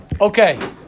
Okay